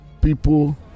people